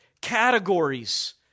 categories